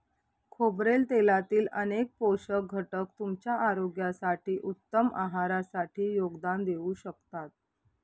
खोबरेल तेलातील अनेक पोषक घटक तुमच्या आरोग्यासाठी, उत्तम आहारासाठी योगदान देऊ शकतात